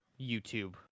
YouTube